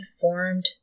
formed